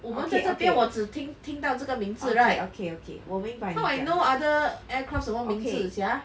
我们在这边我只听听到这个名字 right how I know other aircraft 什么名字 sia